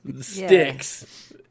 sticks